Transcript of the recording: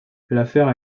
l’affaire